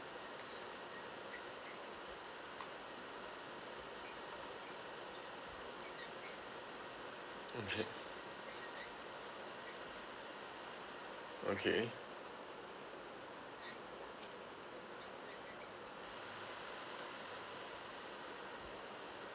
okay okay